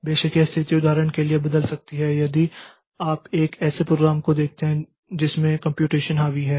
बेशक यह स्थिति उदाहरण के लिए बदल सकती है यदि आप एक ऐसे प्रोग्राम को देखते हैं जिसमें कम्प्यूटेशन हावी है